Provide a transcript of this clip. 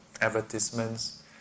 advertisements